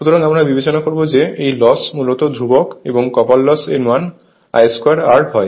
সুতরাং আমরা বিবেচনা করব যে এই লস মূলত ধ্রুবক এবং কপার লস এর মান I 2 R হয়